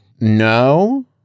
No